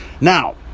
Now